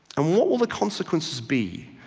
and what will the consequences be